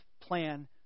plan